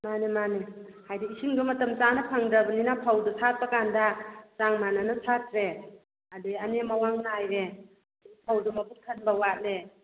ꯃꯥꯅꯦ ꯃꯥꯅꯦ ꯍꯥꯏꯗꯤ ꯏꯁꯤꯡꯗꯣ ꯃꯇꯝ ꯆꯥꯅ ꯐꯪꯗꯕꯅꯤꯅ ꯐꯧꯗꯨ ꯊꯥꯔꯛꯄ ꯀꯥꯟꯗ ꯆꯥꯡ ꯃꯥꯟꯅꯅ ꯊꯥꯔꯛꯇ꯭ꯔꯦ ꯑꯗꯨꯒꯤ ꯑꯅꯦꯝ ꯑꯋꯥꯡ ꯅꯥꯏꯔꯦ ꯐꯧꯗꯨ ꯃꯕꯨꯛ ꯊꯟꯕ ꯋꯥꯠꯂꯦ